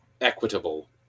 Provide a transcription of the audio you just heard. equitable